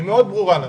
היא מאוד ברורה.